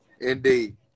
Indeed